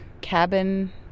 cabin